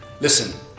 Listen